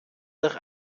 durch